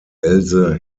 else